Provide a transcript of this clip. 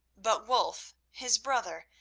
but wulf, his brother,